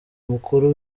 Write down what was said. mukuru